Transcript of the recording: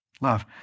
Love